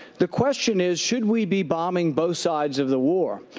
the question is, should we be bombing both sides of the war?